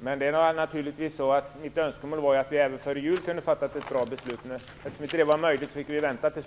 Min önskan var naturligtvis att vi även före jul hade kunnat fatta ett bra beslut. Men när det inte var möjligt fick vi vänta tills nu.